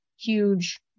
huge